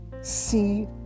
see